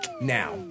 Now